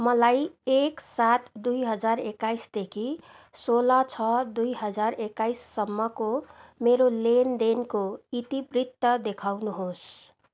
मलाई एक सात दुई हजार एक्काइसदेखि सोह्र छ दुई हजार एक्काइससम्मको मेरो लेनदेनको इतिवृत्त देखाउनुहोस्